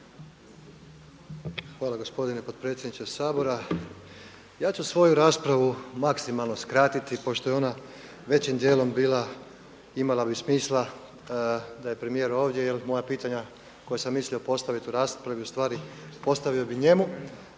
Hvala gospodine potpredsjedniče Sabora. Ja ću svoju raspravu maksimalno skratiti pošto je ona većim dijelom bila imala bi smisla da je premijer ovdje, jer moja pitanja koja sam mislio postavit u raspravi u stvari postavio bih njemu,